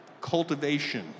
cultivation